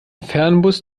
fernbus